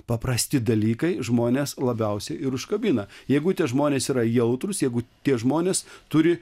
paprasti dalykai žmones labiausiai ir užkabina jeigu tie žmonės yra jautrūs jeigu tie žmonės turi